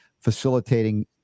facilitating